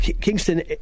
Kingston